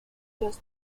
just